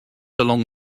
along